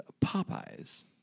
Popeyes